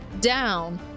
down